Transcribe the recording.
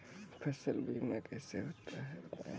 फसल बीमा कैसे होता है बताएँ?